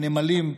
בנמלים,